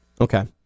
okay